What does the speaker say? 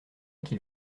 qu’il